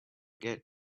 get